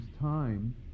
time